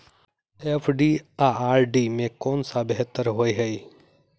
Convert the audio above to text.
FD आ RD मे केँ सा बेहतर होइ है?